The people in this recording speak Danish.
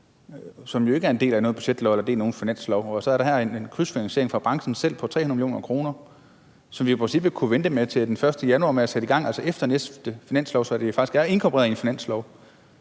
som jo ikke er en del af nogen budgetlov eller nogen finanslov, og der så her er en krydsfinansiering fra branchen selv på 300 mio. kr. Og vi kunne jo i princippet vente med at sætte det i gang til den 1. januar, altså efter næste finanslov, så det faktisk er inkorporeret i en finanslov.